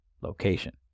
location